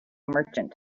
merchant